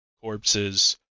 corpses